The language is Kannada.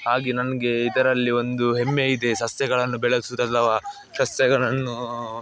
ಹಾಗೆ ನನಗೆ ಇದರಲ್ಲಿ ಒಂದು ಹೆಮ್ಮೆ ಇದೆ ಸಸ್ಯಗಳನ್ನು ಬೆಳೆಸುವುದು ಅಥವಾ ಸಸ್ಯಗಳನ್ನು